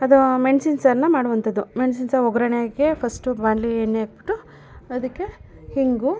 ಅದು ಮೆಣ್ಸಿನ ಸಾರನ್ನು ಮಾಡುವಂಥದ್ದು ಮೆಣ್ಸಿನ ಸಾರು ಒಗ್ಗರಣೆ ಹಾಕಿ ಫಸ್ಟು ಬಾಣ್ಲೆ ಎಣ್ಣೆ ಹಾಕಿಬಿಟ್ಟು ಅದಕ್ಕೆ ಇಂಗು